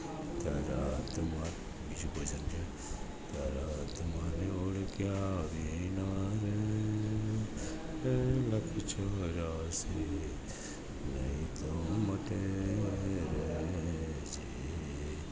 તારા આત્મા બીજું ભજન છે તારા આત્માને ઓળખ્યા વિના રે એ લખ ચોર્યાસી નહીં તો મટે રે જી